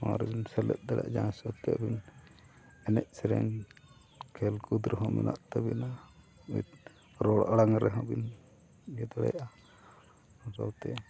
ᱱᱚᱣᱟ ᱨᱮᱵᱮᱱ ᱥᱮᱞᱮᱫ ᱫᱟᱲᱮᱭᱟᱜᱼᱟ ᱡᱟᱦᱟᱸ ᱦᱤᱸᱥᱟᱵᱽᱛᱮ ᱟᱹᱵᱤᱱ ᱮᱱᱮᱡ ᱥᱮᱨᱮᱧ ᱠᱷᱮᱞ ᱠᱩᱫᱽᱨᱟᱹ ᱦᱚᱸ ᱢᱮᱱᱟᱜ ᱛᱟᱹᱵᱤᱱᱟ ᱢᱤᱫ ᱨᱚᱲ ᱟᱲᱟᱝ ᱨᱮᱦᱚᱸ ᱵᱤᱱ ᱤᱭᱟᱹ ᱫᱟᱲᱮᱭᱟᱜᱼᱟ ᱚᱱᱟ ᱥᱟᱶᱛᱮ